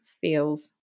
feels